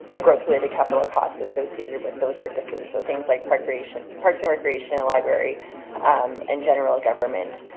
the gross related capital costs associated with those services so things like recreation parks and recreation and library um in general government